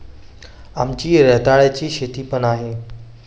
आमची रताळ्याची शेती पण आहे